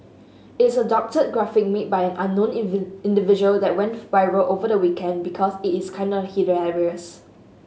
it's a doctored graphic made by an unknown individual that went viral over the weekend because it is kinda hilarious